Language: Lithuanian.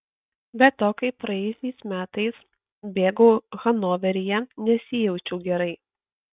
be to kai praėjusiais metais bėgau hanoveryje nesijaučiau gerai